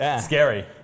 scary